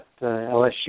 LSU